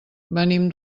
venim